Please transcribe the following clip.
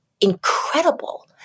incredible